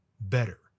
better